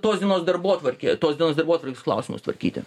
tos dienos darbotvarkė tos dienos darbotvarkės klausimus tvarkyti